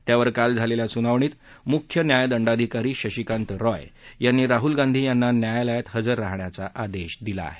त्यावर काल झालेल्या सुनावणीत मुख्य न्याय दंडाधिकारी शशिकांत रॉय यांनी राहुल गांधी यांना न्यायालयात हजर राहण्याचा आदेश दिला आहे